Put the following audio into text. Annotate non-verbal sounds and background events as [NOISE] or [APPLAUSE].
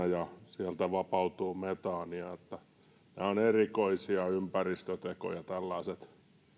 [UNINTELLIGIBLE] ja sieltä vapautuu metaania nämä ovat erikoisia ympäristötekoja tällaiset